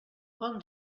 non